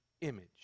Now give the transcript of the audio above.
image